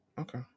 okay